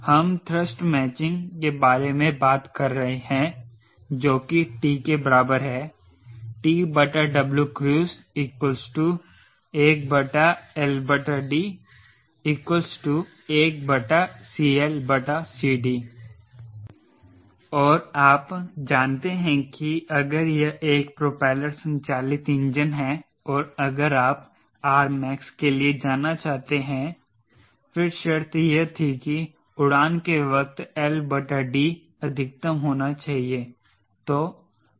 हम thrust matching के बारे में बात कर रहे हैं जो कि T बराबर है TWcruise 1LD 1CLCD और आप जानते हैं कि अगर यह एक प्रोपेलर संचालित इंजन है और अगर आप Rmax के लिए जाना चाहते हैं फिर शर्त यह थी कि उड़ान के वक्त LD अधिकतम होना चाहिए